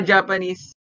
Japanese